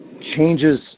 changes